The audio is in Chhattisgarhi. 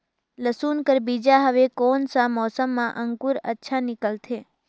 लसुन कर बीजा हवे कोन सा मौसम मां अंकुर अच्छा निकलथे?